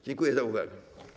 Dziękuję za uwagę.